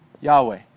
Yahweh